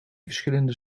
verschillende